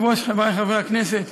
אדוני היושב-ראש, חברי חברי הכנסת,